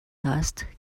dust